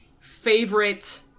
favorite